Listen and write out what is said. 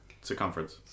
Circumference